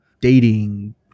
dating